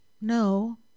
No